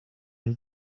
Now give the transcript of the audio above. del